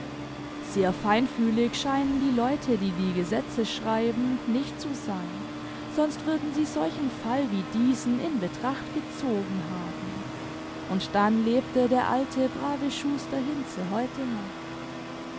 sehr feinfühlig scheinen die leute die die gesetze schreiben nicht zu sein sonst würden sie solchen fall wie diesen in betracht gezogen haben und dann lebte der alte brave schuster hinze heute noch